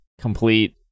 complete